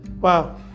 Wow